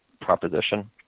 proposition